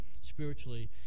spiritually